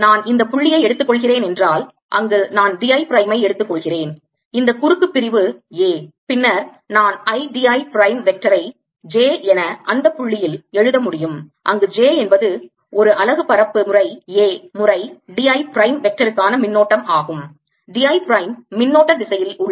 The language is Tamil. நான் இந்த புள்ளியை எடுத்துக் கொள்கிறேன் என்றால் அங்கு நான் d I பிரைமை எடுத்துக்கொள்கிறேன் இந்த குறுக்கு பிரிவு a பின்னர் நான் I d I பிரைம் வெக்டரை j என அந்தப் புள்ளியில் எழுத முடியும் அங்கு j என்பது ஒரு அலகு பரப்பு முறை a முறை d I பிரைம் வெக்டாருக்கான மின்னோட்டம் ஆகும் d I பிரைம் மின்னோட்ட திசையில் உள்ளது